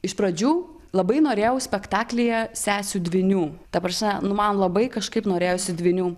iš pradžių labai norėjau spektaklyje sesių dvynių ta prasme nu man labai kažkaip norėjosi dvynių